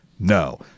No